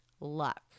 luck